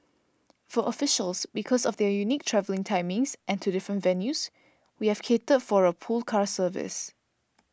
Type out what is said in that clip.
for officials because of their unique travelling timings and to different venues we have catered for a pool car service